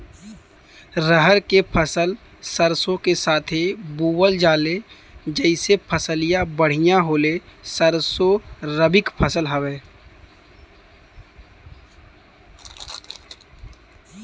रहर क फसल सरसो के साथे बुवल जाले जैसे फसलिया बढ़िया होले सरसो रबीक फसल हवौ